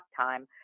time